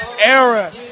era